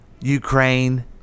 Ukraine